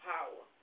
Power